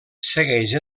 segueix